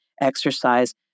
exercise